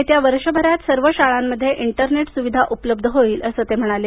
येत्या वर्ष भरात सर्व शाळांमध्ये इंटरनेट सुविधा उपलब्ध होईल असं ते म्हणाले